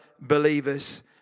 believers